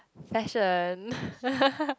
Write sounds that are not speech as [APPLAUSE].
fashion [LAUGHS]